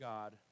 God